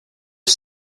are